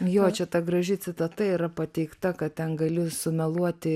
jo čia ta graži citata yra pateikta kad ten gali sumeluoti